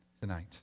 tonight